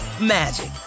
magic